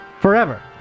forever